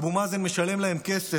אבו מאזן משלם להם כסף,